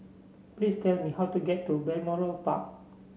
please tell me how to get to Balmoral Park